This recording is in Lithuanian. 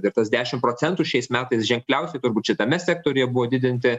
ir tas dešim procentų šiais metais ženkliausiai turbūt šitame sektoriuje buvo didinti